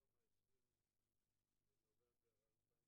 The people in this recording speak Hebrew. היום ה-20 בנובמבר 2018, י"ב בכסלו